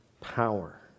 power